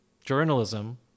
journalism